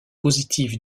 positif